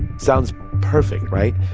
sounds perfect, right?